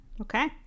Okay